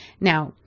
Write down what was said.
Now